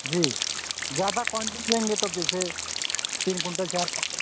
जी ज्यादा क्वान्टी में लेंगे तो जैसे तीन कुंटल चार कुंटल